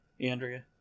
Andrea